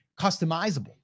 customizable